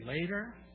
later